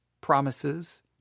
promises